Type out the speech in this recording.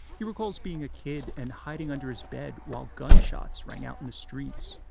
he recalls being a kid and hiding under his bed while gunshots rang out in the streets.